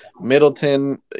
Middleton